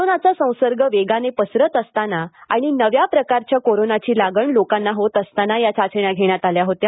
कोरोनाचा संसर्ग वेगाने पसरत असताना आणि नव्या प्रकारच्या कोरोनाची लागण लोकांना होत असताना या चाचण्या घेण्यात आल्या होत्या